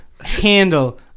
handle